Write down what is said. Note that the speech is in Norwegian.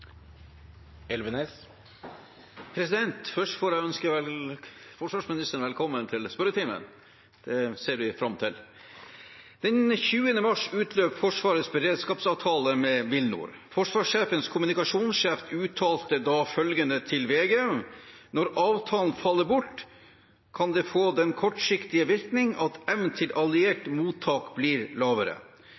Først får jeg ønske forsvarsministeren velkommen til spørretimen. Det ser vi fram til. «Den 20. mars utløp Forsvarets beredskapsavtale med WilNor. Forsvarssjefens kommunikasjonssjef uttalte da følgende til VG: «Når avtalen faller bort, kan det få den kortsiktige virkning at evnen til alliert mottak blir lavere.»